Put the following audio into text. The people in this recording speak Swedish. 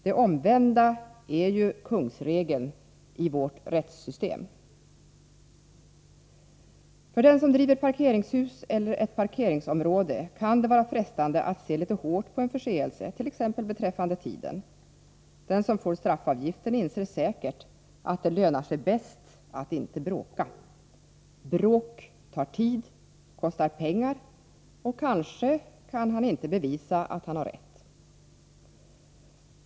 Det omvända är ju kungsregeln i vårt rättssystem. För den som driver parkeringshus eller ett parkeringsområde kan det vara frestande att se litet hårt på en förseelse, t.ex. beträffande tiden. Den som får en straffavgift inser säkert att det lönar sig bäst att inte bråka. Bråk tar tid och kostar pengar, och kanske kan han inte bevisa att han har rätt.